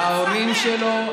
ההורים שלו.